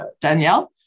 Danielle